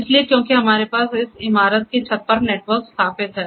इसलिए क्योंकि हमारे पास इस इमारत की छत पर नेटवर्क स्थापित है